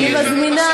הנה,